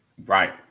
Right